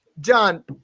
John